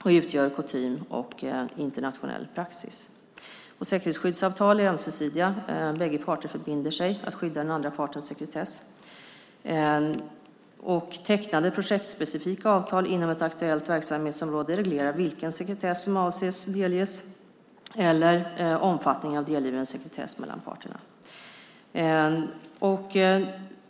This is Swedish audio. Den utgör kutym och internationell praxis. Säkerhetsskyddsavtal är ömsesidiga. Båda parter förbinder sig att skydda den andra partens sekretess. Tecknade projektspecifika avtal inom ett aktuellt verksamhetsområde reglerar vilken sekretess som avses delges eller omfattningen av delgiven sekretess mellan parterna.